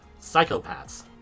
psychopaths